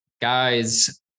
Guys